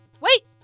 Wait